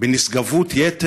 מוצא לנכון לצום בחודש הזה.